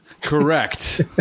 Correct